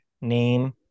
name